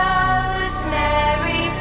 Rosemary